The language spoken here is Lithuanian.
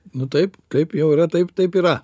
nu taip taip jau yra taip taip yra